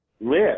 live